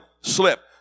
slip